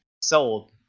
sold